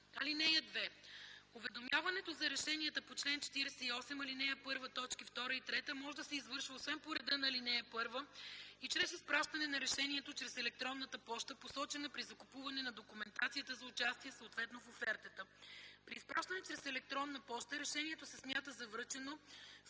(2) Уведомяването за решенията по чл. 48, ал. 1, т. 2 и 3 може да се извършва, освен по реда на ал. 1, и чрез изпращане на решението чрез електронната поща, посочена при закупуване на документацията за участие, съответно в офертата. При изпращане чрез електронна поща решението се смята за връчено с